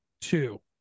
two